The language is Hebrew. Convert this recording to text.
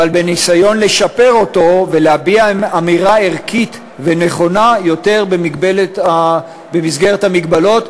אבל הניסיון לשפר אותו ולהביע אמירה ערכית ונכונה יותר במסגרת המגבלות,